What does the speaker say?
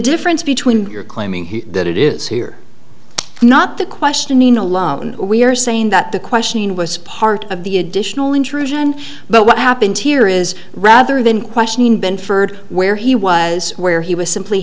difference between you're claiming here that it is here not the questioning alone we are saying that the question was part of the additional intrusion but what happened here is rather than questioning benford where he was where he was simply